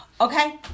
Okay